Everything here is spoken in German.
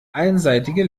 einseitige